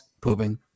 pooping